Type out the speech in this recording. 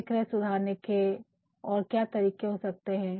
विक्रय सुधरने के और क्या तरीके क्या हो सकते है